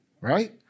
Right